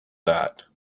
that